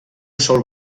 sol